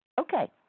Okay